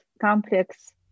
complex